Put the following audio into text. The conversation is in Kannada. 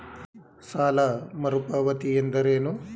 ಸಾಲ ಮರುಪಾವತಿ ಎಂದರೇನು?